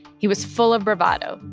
he was full of bravado.